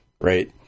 right